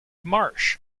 marsh